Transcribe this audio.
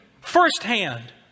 firsthand